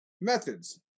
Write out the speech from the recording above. methods